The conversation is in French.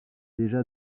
déjà